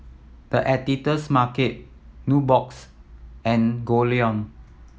The Editor's Market Nubox and Goldlion